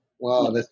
Wow